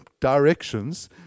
directions